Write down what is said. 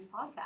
podcast